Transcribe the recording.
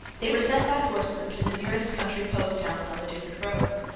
they were sent by horsemen to the nearest country post towns on the different roads.